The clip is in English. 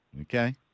Okay